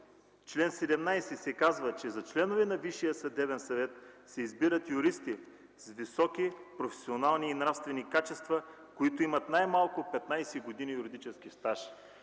чл. 17 се казва, че за членове на Висшия съдебен съвет се избират юристи с високи професионални и нравствени качества, които имат най-малко петнадесет години юридически стаж.